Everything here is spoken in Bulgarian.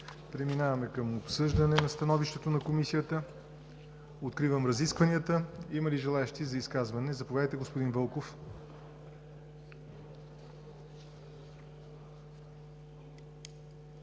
Преминаваме към обсъждане след Становището на Комисията. Откривам разискванията. Има ли желаещи за изказвания? Заповядайте, господин Вълков.